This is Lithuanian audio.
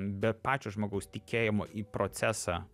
be pačio žmogaus tikėjimo į procesą